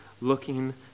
looking